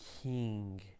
king